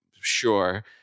sure